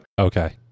Okay